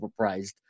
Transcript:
overpriced